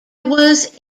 was